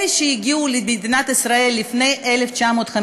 אלה שהגיעו למדינת ישראל לפני 1953